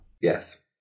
Yes